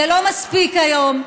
זה לא מספיק היום.